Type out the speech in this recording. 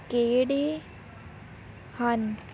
ਕਿਹੜੇ ਹਨ